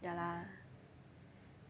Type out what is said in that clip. ya lah